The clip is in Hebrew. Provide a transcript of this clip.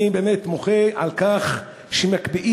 אני באמת מוחה על כך שמקפיאים,